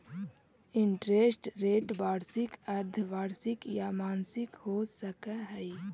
interest rate वार्षिक, अर्द्धवार्षिक या मासिक हो सकऽ हई